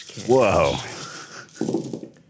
Whoa